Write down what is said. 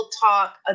talk